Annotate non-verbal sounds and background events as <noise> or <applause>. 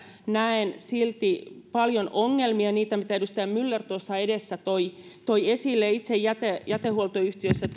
näen paljon ongelmia niitä mitä edustaja myller tuossa edellä toi esille itse jätehuoltoyhtiössä <unintelligible>